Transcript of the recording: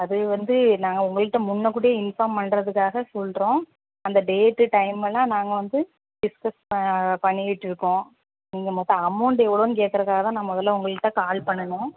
அது வந்து நான் உங்கள்கிட்ட முன்ன கூட்டியே இன்ஃபார்ம் பண்ணுறதுக்காக சொல்லுறோம் அந்த டேட்டு டைமைலாம் நாங்கள் வந்து டிஸ்கஸ் பண்ணிக்கிட்டுருக்கோம் நீங்கள் மொத்தம் அமௌண்டு எவ்வளோன்னு கேட்கறக்காதான் நான் முதல்ல உங்கள்கிட்ட கால் பண்ணுனோம்